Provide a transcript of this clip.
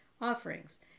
offerings